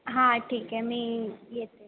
हां ठीक आहे मी येते